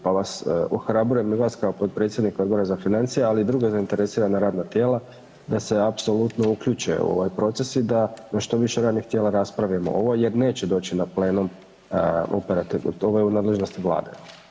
Pa vas ohrabrujem i vas kao potpredsjednika Odbora za financije, ali i druga zainteresirana radna tijela da se apsolutno uključe u ovaj proces i da na što više radnih tijela raspravimo ovo jer neće doći na plenum operativno, to je u nadležnosti Vlade.